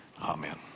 amen